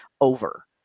over